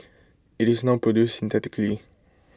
IT is now produced synthetically